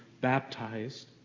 baptized